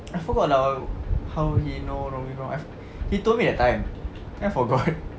I forgot lah how he know romeo he told me that time then I forgot